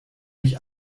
mich